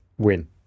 Win